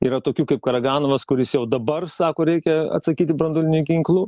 yra tokių kaip karaganovas kuris jau dabar sako reikia atsakyti branduoliniu ginklu